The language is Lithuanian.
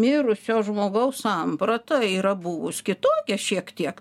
mirusio žmogaus samprata yra buvus kitokia šiek tiek